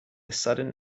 sudden